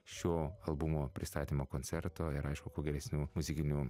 šio albumo pristatymo koncerto ir aišku kuo geresnių muzikinių